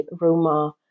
Roma